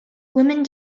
women